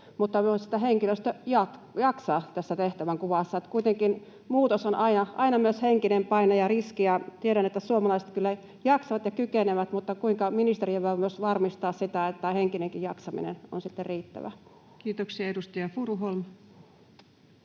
että henkilöstö myös jaksaa tässä tehtävänkuvassa. Kuitenkin muutos on aina myös henkinen paine ja riski, ja tiedän, että suomalaiset kyllä jaksavat ja kykenevät, mutta kuinka ministeriö voi myös varmistaa sen, että henkinenkin jaksaminen on sitten riittävä? [Speech 89] Speaker: